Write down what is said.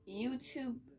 YouTube